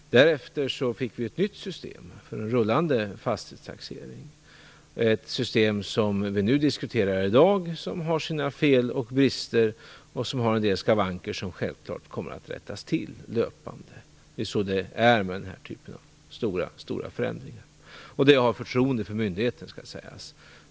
Därefter fick vi ett nytt system för en rullande fastighetstaxering. Det är det system som vi diskuterar i dag. Det har sina fel och brister och en del skavanker som självfallet kommer att rättas till löpande. Det är så det är med den här typen av stora förändringar. Jag har förtroende för myndigheten.